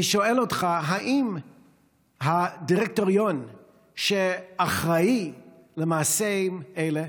אני שואל אותך: האם הדירקטוריון שאחראי למעשים אלה,